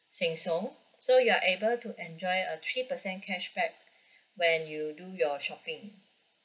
Sheng Shiong so you're able to enjoy a three percent cashback when you do your shopping